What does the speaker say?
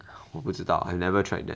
我不知道 I've never tried that